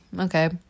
okay